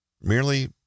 merely